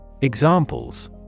Examples